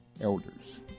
elders